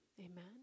Amen